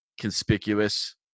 conspicuous